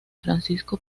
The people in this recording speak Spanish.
francisco